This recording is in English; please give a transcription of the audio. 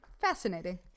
fascinating